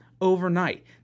overnight